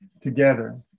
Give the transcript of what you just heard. together